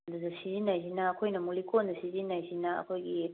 ꯑꯗꯨꯗ ꯁꯤꯖꯤꯟꯅꯔꯤꯁꯤꯅ ꯑꯩꯈꯣꯏꯅ ꯑꯃꯨꯛ ꯂꯤꯛꯀꯣꯟꯗ ꯁꯤꯖꯤꯟꯅꯔꯤꯁꯤꯅ ꯑꯩꯈꯣꯏꯒꯤ